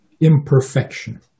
imperfection